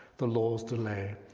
the law's delay,